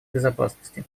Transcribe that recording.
безопасности